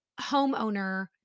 homeowner